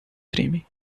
crime